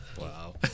Wow